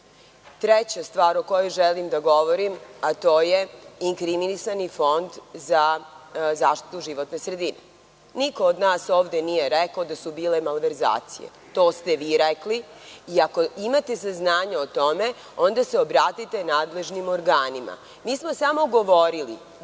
čelu. Treća stvar o kojoj želim da govorim je inkriminisani Fond za zaštitu životne sredine. Niko od nas nije rekao da su bile malverzacije. To ste vi rekli iako imate saznanja o tome onda se obratite nadležnim organima. Mi smo samo govorili